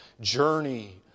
journey